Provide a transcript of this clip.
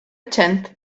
tenth